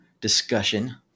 discussion